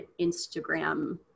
Instagram